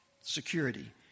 security